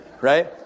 right